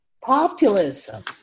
populism